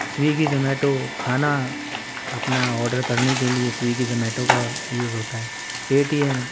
Swiggy Zomato کھانا اپنا order کرنے کے لیے سویگی زومیٹو کا یوز ہوتا ہے پے ٹی ایم